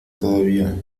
todavía